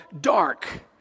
dark